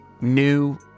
new